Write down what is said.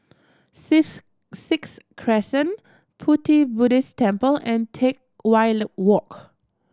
Seas Sixth Crescent Pu Ti Buddhist Temple and Teck Whye Walk